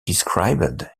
described